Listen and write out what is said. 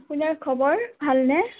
আপোনাৰ খবৰ ভালনে